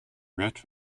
rift